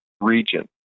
region